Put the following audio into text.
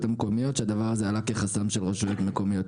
המקומיות שהדבר הזה עלה כחסם של רשויות מקומיות.